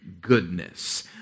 goodness